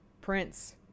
Prince